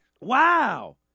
Wow